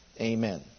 Amen